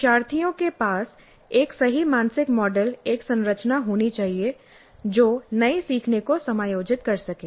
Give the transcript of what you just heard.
शिक्षार्थियों के पास एक सही मानसिक मॉडल एक संरचना होनी चाहिए जो नए सीखने को समायोजित कर सके